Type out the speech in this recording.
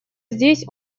здесь